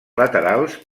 laterals